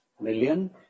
million